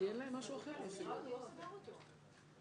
הצעה מספר 3?